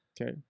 Okay